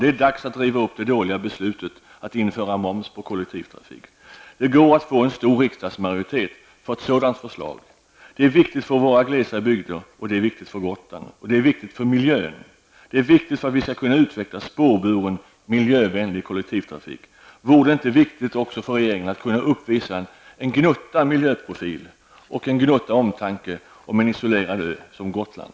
Det är dags att riva upp det dåliga beslutet att införa moms på kollektivtrafiken. Det går att få en stor riksdagsmajoritet för ett sådant förslag. Det är viktigt för våra glesbygder och det är viktigt för Gotland. Det är viktigt för miljön. Det är viktigt för att vi skall kunna utveckla spårburen miljövänlig kollektivtrafik. Vore det inte viktigt för regeringen att kunna uppvisa en gnutta miljöprofil och en gnutta omtanke om en isolerad ö som Gotland?